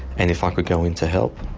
and if i could go in to help.